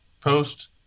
post